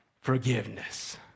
forgiveness